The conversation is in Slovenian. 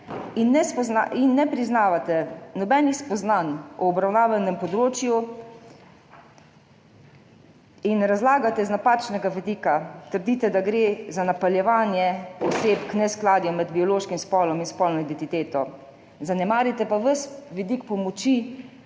in ne priznavate nobenih spoznanj o obravnavanem področju in to razlagate z napačnega vidika. Trdite, da gre za napeljevanje oseb k neskladju med biološkim spolom in spolno identiteto, zanemarite pa ves vidik pomoči